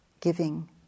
giving